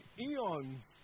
eons